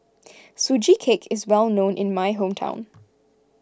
Sugee Cake is well known in my hometown